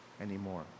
anymore